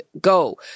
go